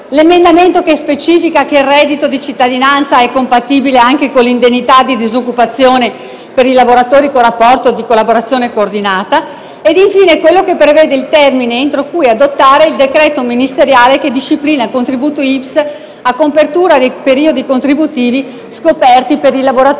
l'emendamento che specifica che il reddito di cittadinanza è compatibile anche con l'indennità di disoccupazione per i lavoratori con rapporto di collaborazione coordinata ed infine quello che prevede il termine entro cui adottare il decreto ministeriale che disciplina il contributo INPS a copertura dei periodi contributivi scoperti per i lavoratori